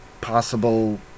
possible